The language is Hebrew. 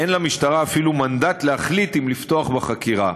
אין למשטרה אפילו מנדט להחליט אם לפתוח בחקירה.